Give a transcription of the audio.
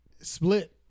Split